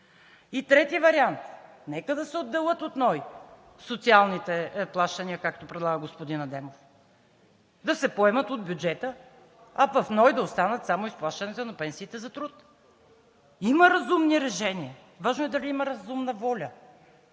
И трети вариант, нека да се отделят от НОИ социалните плащания, както предлага господин Адемов. Да се поемат от бюджета а в НОИ да останат само изплащанията на пенсиите за труд. Има разумни решения, важно е да има разумна воля,